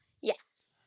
yes